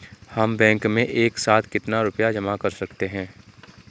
हम बैंक में एक साथ कितना रुपया जमा कर सकते हैं?